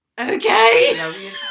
Okay